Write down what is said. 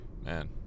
man